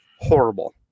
Horrible